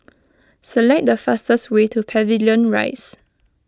select the fastest way to Pavilion Rise